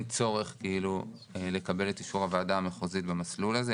צורך לקבל את אישור הוועדה המחוזית במסלול הזה,